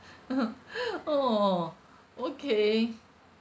orh okay